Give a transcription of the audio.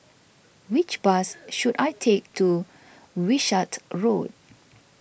which bus should I take to Wishart Road